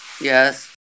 yes